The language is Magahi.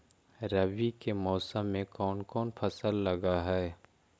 रवि के मौसम में कोन कोन फसल लग है?